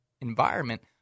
environment